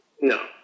No